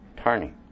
Turning